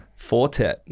Fortet